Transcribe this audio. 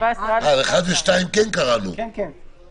--- כמה מילים.